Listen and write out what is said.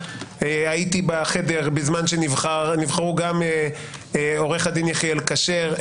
הייתי בחדר בזמן שנבחרו גם עורך הדין אז יחיאל כשר,